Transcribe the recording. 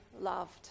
loved